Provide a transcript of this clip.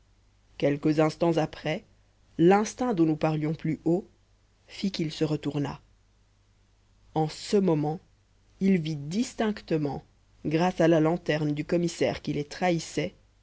quelques instants après l'instinct dont nous parlions plus haut fit qu'il se retourna en ce moment il vit distinctement grâce à la lanterne du commissaire qui les trahissait